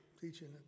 teaching